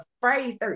Friday